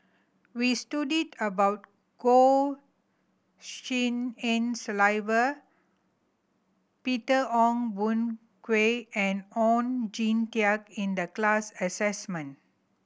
we about Goh Tshin En Sylvia Peter Ong Boon Kwee and Oon Jin Teik in the class